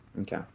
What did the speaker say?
Okay